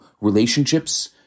relationships